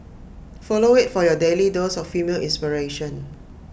follow IT for your daily dose of female inspiration